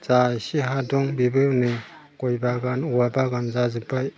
जा एसे हा दं बेबो हनै गय बागान औवा बागान जाजोब्बाय